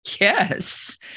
Yes